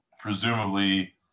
presumably